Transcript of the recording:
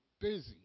busy